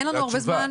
אין לנו הרבה זמן,